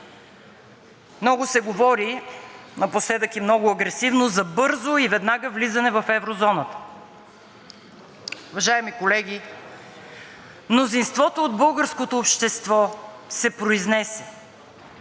Много се говори, напоследък и много агресивно, за бързо и веднага влизане в еврозоната. Уважаеми колеги, мнозинството от българското общество се произнесе.